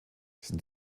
sind